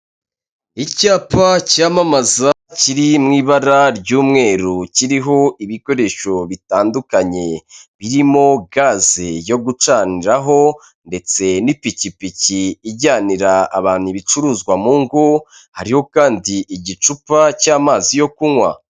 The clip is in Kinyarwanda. Icyapa cyamamaza kiri mu ibara ry'umweru, kiriho ibikoresho bitandukanye birimo gazi yo gucaniraho ndetse n'ipikipiki ijyanira abantu ibicuruzwa mu ngo, hariho kandi igicupa cy'amazi yo kunywa.